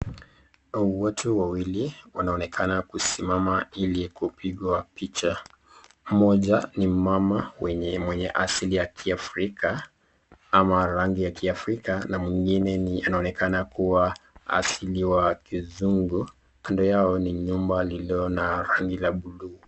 Watu wawili wanaonekana kusimama ili kupigwa picha. Mmoja ni mama mwenye asili ya kiafrika ama rangi ya kiafrika na mwingine ni anaonekana kuwa asili wa kizungu. Kando yao ni nyumba lililo na rangi la bluu.